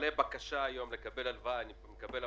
בצורה מפורשת או לא מפורשת,